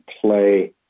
play